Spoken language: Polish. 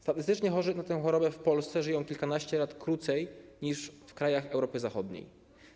Statystycznie chorzy na tę chorobę w Polsce żyją kilkanaście lat krócej niż w krajach zachodniej Europy.